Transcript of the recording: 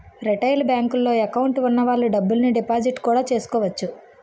retail బేంకుల్లో account వున్న వాళ్ళు డబ్బుల్ని డిపాజిట్టు కూడా చేసుకోవచ్చు